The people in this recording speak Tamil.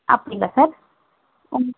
அப்படிங்களா சார்